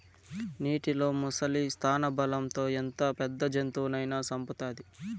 నీటిలో ముసలి స్థానబలం తో ఎంత పెద్ద జంతువునైనా సంపుతాది